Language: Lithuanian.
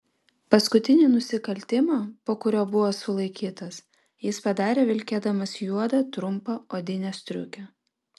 paskutinį nusikaltimą po kurio buvo sulaikytas jis padarė vilkėdamas juodą trumpą odinę striukę